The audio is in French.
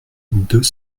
deux